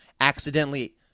accidentally